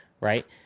right